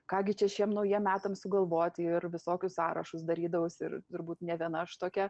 ką gi čia šiem naujiem metam sugalvoti ir visokius sąrašus darydavausi ir turbūt ne viena aš tokia